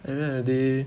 at the end of the day